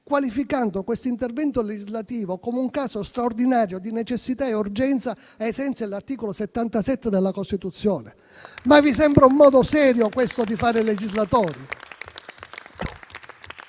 qualificando questo intervento legislativo come un caso straordinario di necessità e urgenza ai sensi dell'articolo 77 della Costituzione? Vi sembra un modo serio questo di fare i legislatori?